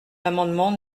l’amendement